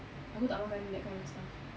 aku tak makan that kind of stuff